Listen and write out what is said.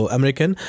American